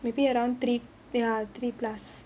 maybe around three ya three plus